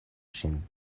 ŝin